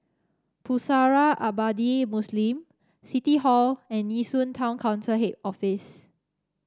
Pusara Abadi Muslim City Hall and Nee Soon Town Council Head Office